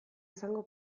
izango